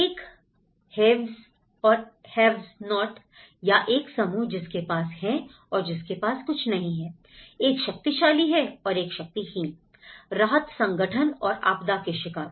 एक हैव्स और haves no या एक समूह जिसके पास है और एक जिसके पास नहीं है एक शक्तिशाली और एक शक्तिहीन राहत संगठन और आपदा के शिकार